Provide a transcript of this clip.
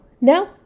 Now